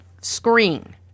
screen